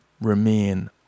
Remain